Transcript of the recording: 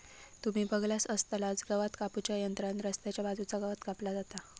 तुम्ही बगलासच आसतलास गवात कापू च्या यंत्रान रस्त्याच्या बाजूचा गवात कापला जाता